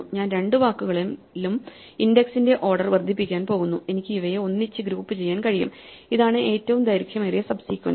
ഞാൻ രണ്ട് വാക്കുകളിലും ഇൻഡക്സിന്റെ ഓർഡർ വർദ്ധിപ്പിക്കാൻ പോകുന്നു എനിക്ക് ഇവയെ ഒന്നിച്ച് ഗ്രൂപ്പുചെയ്യാൻ കഴിയും ഇതാണ് ഏറ്റവും ദൈർഘ്യമേറിയ സബ് സീക്വൻസ്